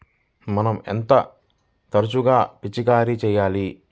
మనం ఎంత తరచుగా పిచికారీ చేయాలి?